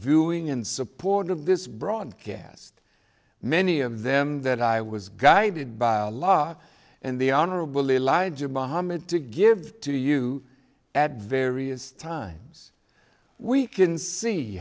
viewing in support of this broadcast many of them that i was guided by a law and the honorable elijah mohammed to give to you at various times we can see